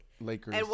Lakers